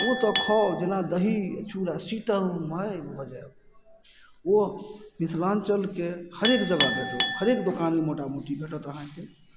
ओ तऽ खाउ जेना दही चूड़ा शीतल भऽ जाएब ओ मिथिलाञ्चलके हरेक जगह भेटत हरेक दोकानमे मोटामोटी भेटत अहाँकेॅं